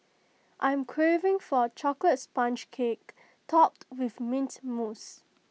I am craving for A Chocolate Sponge Cake Topped with Mint Mousse